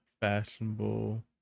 fashionable